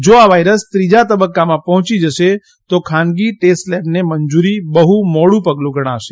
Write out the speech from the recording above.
જો આ વાયરસ ત્રીજા તબક્કામાં પહોંચી જશે તો ખાનગી ટેસ્ટ લેબને મંજુરી બહ્ મોડું પગલું ગણાશે